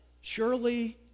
Surely